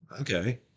Okay